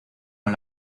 con